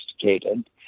sophisticated